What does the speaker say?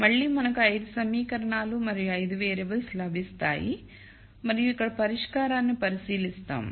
మళ్ళీ మనకు 5 సమీకరణాలు మరియు 5 వేరియబుల్స్ లభిస్తాయి మరియు ఇక్కడ పరిష్కారాన్ని పరిశీలిస్తాము